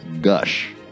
gush